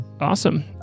Awesome